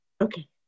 Okay